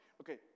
Okay